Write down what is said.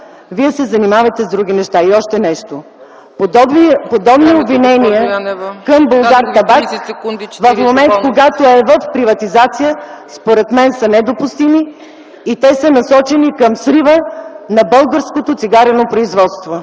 вие се занимавате с други неща. Още нещо, подобни обвинения към „Булгартабак” в момент, когато е в приватизация, според мен са недопустими и те са насочени към срива на българското цигарено производство.